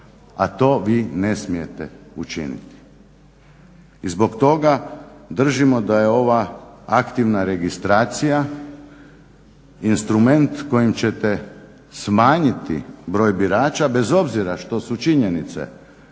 a to vi ne smijete učiniti. I zbog toga držimo da je ova aktivna registracija instrument kojim ćete smanjiti broj birača bez obzira što su činjenice da